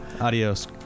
Adios